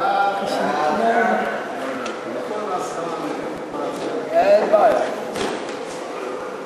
ההצעה להעביר את הצעת חוק להקלות בשוק ההון ולעידוד הפעילות בו (תיקוני